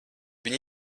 viņi